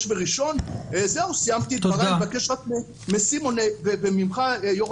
וראשון סיימתי את דבריי מבקש רק מסימון במיוחד יו"ר